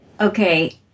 Okay